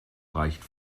reicht